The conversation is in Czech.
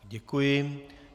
Děkuji.